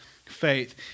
faith